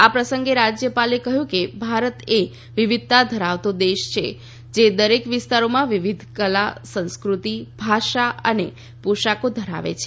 આ પ્રસંગે રાજ્યપાલે કહ્યું કે ભારત એ વિવિધતા ધરાવતો દેશ છે જે દરેક વિસ્તારોમાં વિવિધ કલા સંસ્કૃતિ ભાષા અને પોષાકો ધરાવે છે